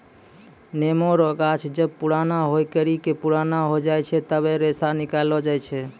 नेमो रो गाछ जब पुराणा होय करि के पुराना हो जाय छै तबै रेशा निकालो जाय छै